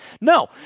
No